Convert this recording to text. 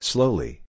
Slowly